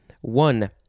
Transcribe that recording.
One